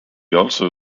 also